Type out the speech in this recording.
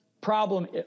problem